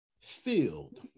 filled